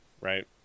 Right